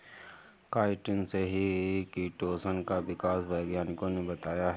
chitin से ही chitosan का विकास वैज्ञानिकों ने बताया है